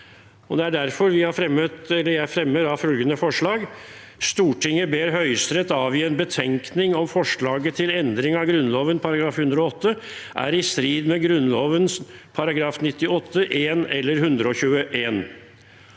derfor jeg fremmer følgende forslag: «Stortinget ber Høyesterett avgi en betenkning om forslaget til endring av Grunnloven § 108 er i strid med Grunnloven § 98, § 1 eller § 121.»